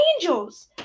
Angels